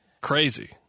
crazy